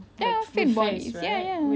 ya fit bodies ya